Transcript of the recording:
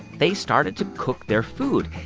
they started to cook their food.